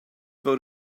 vote